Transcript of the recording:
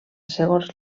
segons